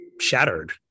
shattered